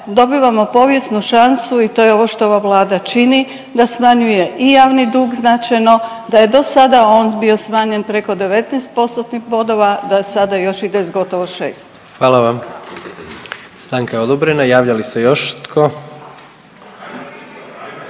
dobivamo povijesnu šansu i to je ovo što ova Vlada čini da smanjuje i javni dug značajno, da je do sada on bio smanjen preko 19 postotnih bodova, da sada još ide s gotovo 6. **Jandroković, Gordan (HDZ)** Hvala vam. Stanka je odobrena. Javlja li se još tko?